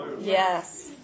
Yes